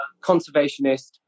conservationist